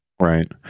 right